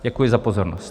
Děkuji za pozornost.